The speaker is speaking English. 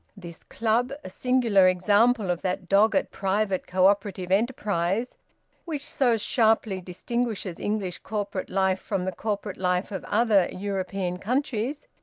this club, a singular example of that dogged private co-operative enterprise which so sharply distinguishes english corporate life from the corporate life of other european countries,